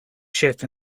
shift